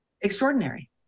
extraordinary